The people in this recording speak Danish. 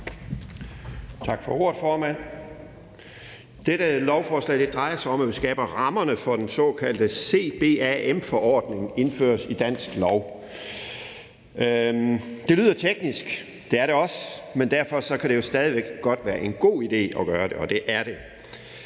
Tak for ordet, formand. Dette lovforslag drejede sig om, at vi skaber rammerne for, at den såkaldte CBAM-forordning indføres i dansk lov. Det lyder teknisk, og det er det også, men derfor kan det jo stadig væk godt være en god idé at gøre det, og det er det.